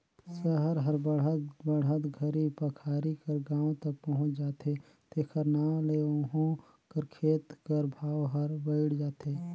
सहर हर बढ़त बढ़त घरी पखारी कर गाँव तक पहुंच जाथे तेकर नांव ले उहों कर खेत कर भाव हर बइढ़ जाथे